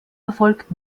erfolgt